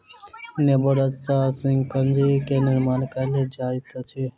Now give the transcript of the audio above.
नेबो रस सॅ शिकंजी के निर्माण कयल जाइत अछि